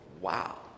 wow